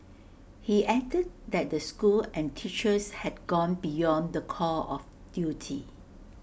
he added that the school and teachers had gone beyond the call of duty